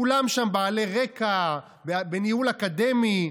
כולם שם בעלי רקע בניהול אקדמי,